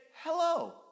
hello